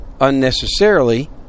unnecessarily